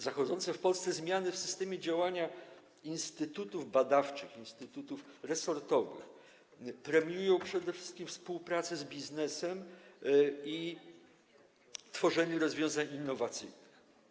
Zachodzące w Polsce zmiany w systemie działania instytutów badawczych, instytutów resortowych premiują przede wszystkim współpracę z biznesem i tworzenie rozwiązań innowacyjnych.